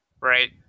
right